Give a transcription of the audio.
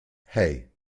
hey